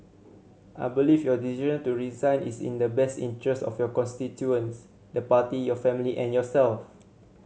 I believe your decision to resign is in the best interest of your constituents the party your family and yourself